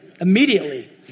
immediately